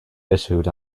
issued